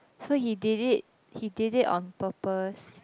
so he did it he did it on purpose